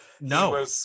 No